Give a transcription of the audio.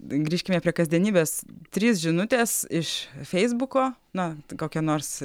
grįžkime prie kasdienybės trys žinutės iš feisbuko na kokie nors